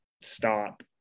stop